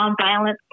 Nonviolence